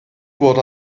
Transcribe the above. wurde